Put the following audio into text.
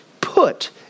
put